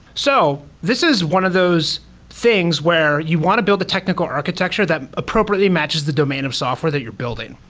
so this is one of those things where you want to build a technical architecture that appropriately matches the domain of software that you're building.